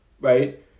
right